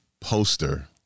poster